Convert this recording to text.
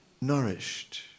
nourished